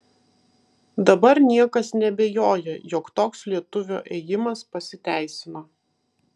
dabar niekas neabejoja jog toks lietuvio ėjimas pasiteisino